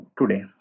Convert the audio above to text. today